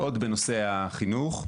עוד בנושא החינוך,